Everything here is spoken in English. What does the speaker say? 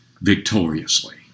victoriously